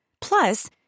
Plus